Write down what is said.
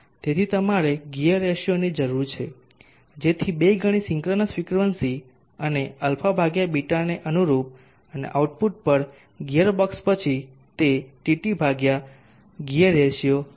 તેથી તમારે ગિયર રેશિયોની જરૂર છે જેથી બે ગણી સિંક્રનસ ફ્રીક્વન્સી અને α β અનુરૂપ અને આઉટપુટ પર ગિયર બોક્ષ પછી તે Tt ગિયર રેશિયો હશે